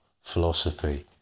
philosophy